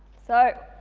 so,